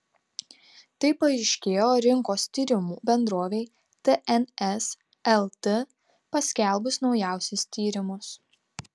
tai paaiškėjo rinkos tyrimų bendrovei tns lt paskelbus naujausius tyrimus